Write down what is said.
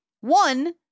one